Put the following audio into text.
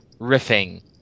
riffing